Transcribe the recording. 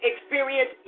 experience